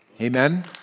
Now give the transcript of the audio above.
Amen